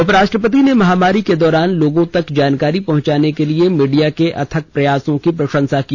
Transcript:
उपराष्ट्रपति ने महामारी के दौरान लोगों तक जानकारी पहुंचाने के लिए मीडिया के अथक प्रयासों की प्रशंसा की